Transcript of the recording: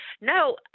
No